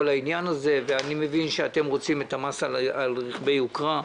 אני מבין שאתם רוצים את המס על רכבי יוקרה.